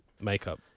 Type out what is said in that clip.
makeup